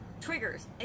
triggers